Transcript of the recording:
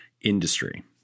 industry